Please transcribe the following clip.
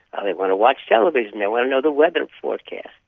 ah they want to watch television. they want to know the weather forecast.